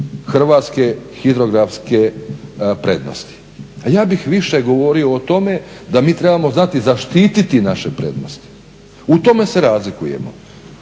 hrvatske hidrografske prednosti. A ja bih više govorio o tome da mi trebamo znati zaštiti naše prednost. U tome se razlikujemo.